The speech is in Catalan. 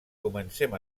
comencem